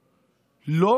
החוק?